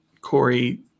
Corey